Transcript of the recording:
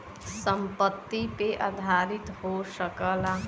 संपत्ति पे आधारित हो सकला